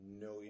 no